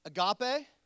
Agape